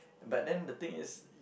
but then the thing is